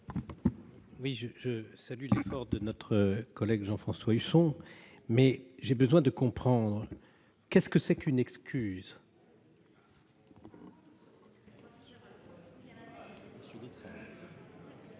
Oui je je salue les corps de notre collègue Jean-François Husson, mais j'ai besoin de comprendre qu'est ce que c'est qu'une excuse.